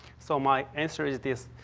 so, my answer is this.